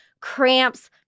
cramps